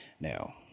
Now